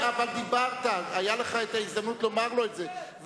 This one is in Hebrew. אבל דיברת, היתה לך ההזדמנות לומר לו את זה.